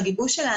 לגיבוש שלה.